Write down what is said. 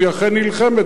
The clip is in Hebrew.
והיא אכן נלחמת,